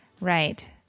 Right